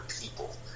people